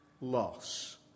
loss